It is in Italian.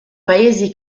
paesi